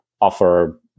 offer